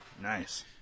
Nice